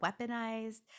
weaponized